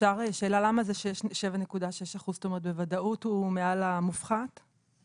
בגובה 7.6% טוב, ההפרדה נועדה למנוע הטעיה.